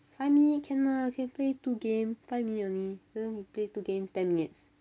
five minute can ah can play two game five minute only then we play two games ten minutes